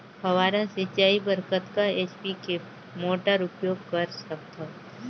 फव्वारा सिंचाई बर कतका एच.पी के मोटर उपयोग कर सकथव?